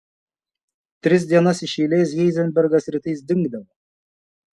tris dienas iš eilės heizenbergas rytais dingdavo